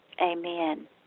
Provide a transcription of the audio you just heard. Amen